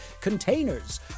containers